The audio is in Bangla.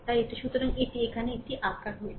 তাই এটা সুতরাং এটি এটি এখানে এটি এটি আঁকা হয়েছে